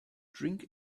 drink